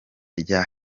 rya